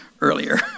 earlier